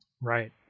Right